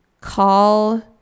call